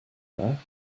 there